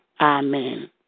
Amen